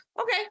okay